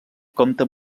compta